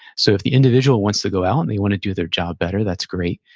so if the individual wants to go out and they want to do their job better, that's great.